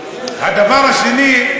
הדבר השני,